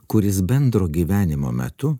kuris bendro gyvenimo metu